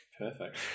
Perfect